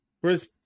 whereas